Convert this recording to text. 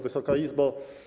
Wysoka Izbo!